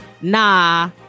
Nah